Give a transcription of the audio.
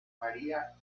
maría